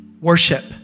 worship